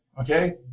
okay